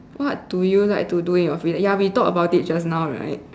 what do you like to do in your free ya we talked about it just now right